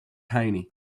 tiny